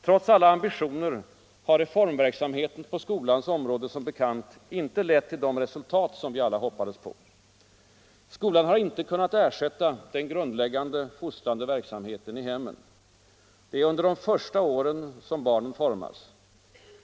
Trots alla ambitioner har reformverksamheten på skolans område som bekant inte lett till de resultat vi alla hoppades på. Skolan har inte kunnat ersätta den grundläggande fostrande verksamheten i hemmen. Det är under de första åren barnen formas.